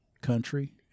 country